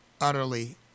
Utterly